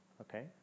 Okay